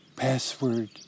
Password